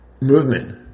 movement